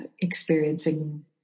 experiencing